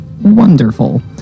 Wonderful